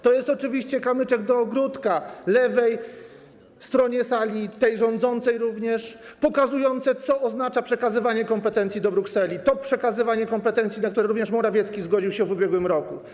To jest oczywiście kamyczek do ogródka lewej strony sali, tej rządzącej również, pokazujący, co oznacza przekazywanie kompetencji do Brukseli, to przekazywanie kompetencji, na które również Morawiecki zgodził się w ubiegłym roku.